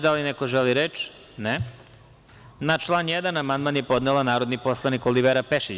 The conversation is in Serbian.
Da li neko želi reč? (Ne) Na član 1. amandman je podnela narodni poslanik Olivera Pešić.